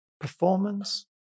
performance